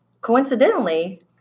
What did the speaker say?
coincidentally